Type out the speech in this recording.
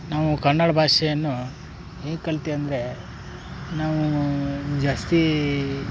ನಾವು ಕನ್ನಡ ಭಾಷೆಯನ್ನು ಹೇಗೆ ಕಲ್ತ್ವಿ ಅಂದರೆ ನಾವು ಜಾಸ್ತಿ